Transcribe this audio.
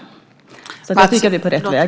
Vi är absolut på rätt väg.